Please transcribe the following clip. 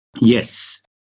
Yes